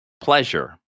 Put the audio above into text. pleasure